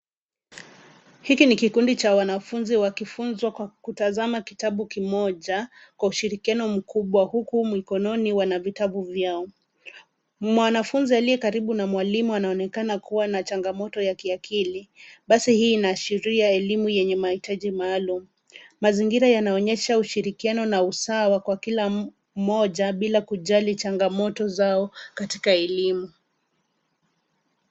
Hiki ni kikundi cha wanafunzi wakifunzwa kwa kutazama kitabu kimoja kwa ushirikiano mkubwa huku mikononi wana vitabu vyao. Mwanafunzi aliyekaribu na mwalimu anaonekana kuwa na changamoto ya kiakili. Basi hii inaashiria elimu yenye mahitaji maalum. Mazingira yanaonyesha ushirikiano na usawa kwa kila mmoja bila kujali changamoto zao katika elimu.